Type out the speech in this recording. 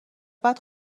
بعد